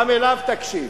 גם אליו תקשיב.